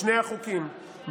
בשני החוקים,